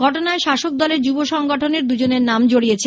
ঘটনায় শাসক দলের যুব সংগঠনের দুজনের নাম জড়িয়েছে